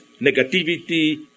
negativity